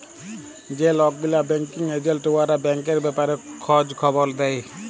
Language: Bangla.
যে লক গিলা ব্যাংকিং এজেল্ট উয়ারা ব্যাংকের ব্যাপারে খঁজ খবর দেই